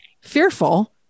fearful